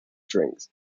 drinks